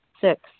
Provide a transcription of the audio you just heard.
Six